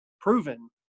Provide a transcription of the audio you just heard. proven